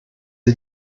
sie